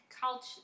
culture